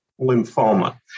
lymphoma